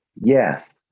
Yes